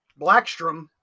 Blackstrom